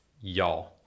Y'all